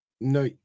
No